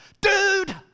dude